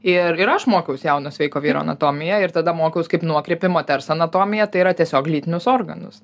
ir ir aš mokiaus jauno sveiko vyro anatomiją ir tada mokiaus kaip nuokrypį moters anatomiją tai yra tiesiog lytinius organus